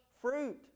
fruit